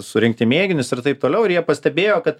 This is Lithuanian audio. surinkti mėginius ir taip toliau ir jie pastebėjo kad